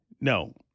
No